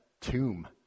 tomb